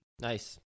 Nice